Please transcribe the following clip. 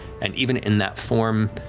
and even in that form,